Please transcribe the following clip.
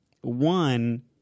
one